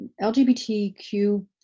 LGBTQ